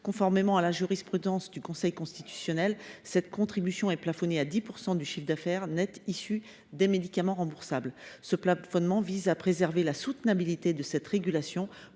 Conformément à la jurisprudence du Conseil constitutionnel, cette contribution est plafonnée à 10 % du chiffre d’affaires net issu des médicaments remboursables. Ce plafonnement vise à préserver la soutenabilité de cette régulation